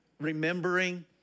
remembering